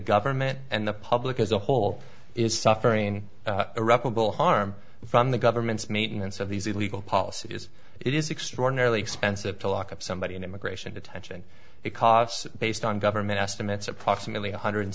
government and the public as a whole is suffering irreparable harm from the government's maintenance of these illegal policies it is extraordinarily expensive to lock up somebody in immigration detention because it's based on government estimates approximately one hundred